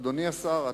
אדוני השר,